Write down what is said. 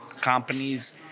companies